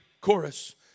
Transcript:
Chorus